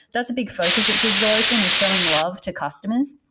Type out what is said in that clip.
that's a big focus at digitalocean is showing love to customers,